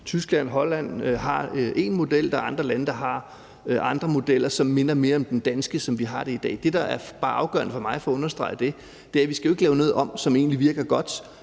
Tyskland og Holland har én model, og der er andre lande, der har andre modeller, som minder mere om den danske, som den er i dag. Det, der bare er afgørende for mig at få understreget, er, at vi jo ikke skal lave noget om, som egentlig virker godt,